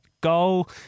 Goal